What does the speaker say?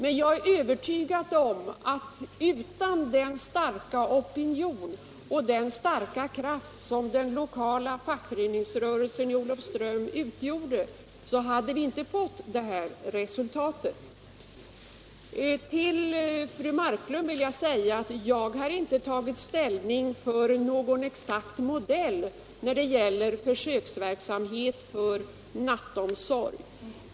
Men jag är övertygad om att utan den starka opinion och den starka kraft som den lokala fackföreningsrörelsen i Olofström utgjorde hade vi inte fått det här resultatet. Till fru Marklund vill jag säga att jag har inte tagit ställning för någon exakt modell när det gäller försöksverksamhet med nattomsorg.